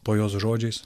po jos žodžiais